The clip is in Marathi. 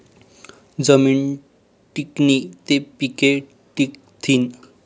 जमीन टिकनी ते पिके टिकथीन